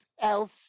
else